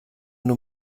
nur